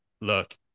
Look